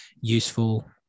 useful